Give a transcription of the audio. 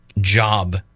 job